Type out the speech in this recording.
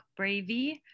Bravey